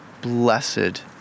blessed